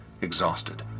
exhausted